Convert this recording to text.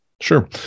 Sure